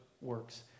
works